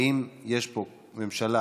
האם יש פה ממשלה